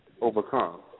overcome